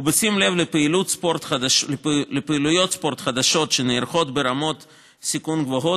ובשים לב לפעילויות ספורט חדשות שנערכות ברמות סיכון גבוהות,